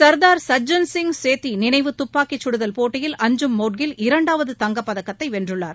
சர்தார் சஜன்சிய் சேத்தி நினைவு துப்பாக்கிச்சுடுதல் போட்டியில் அன்ஜும் மவுட்கில் இரண்டாவது தங்கப் பதக்கத்தை வென்றுள்ளார்